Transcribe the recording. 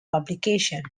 publications